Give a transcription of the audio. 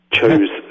chose